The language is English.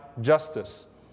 justice